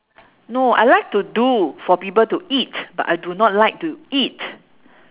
no I like to do for people to eat but I do not like to eat